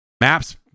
Maps